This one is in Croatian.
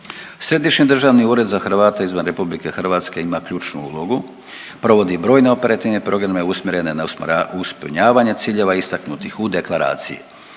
Središnji državni ured za Hrvate izvan RH ima ključnu ulogu, provodi brojne operativne programe usmjerene na ispunjavanje ciljeva istaknutih u deklaraciji.